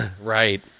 Right